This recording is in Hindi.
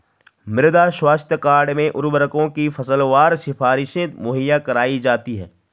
मृदा स्वास्थ्य कार्ड में उर्वरकों की फसलवार सिफारिशें मुहैया कराई जाती है